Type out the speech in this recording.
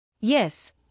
Yes